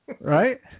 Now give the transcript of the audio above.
right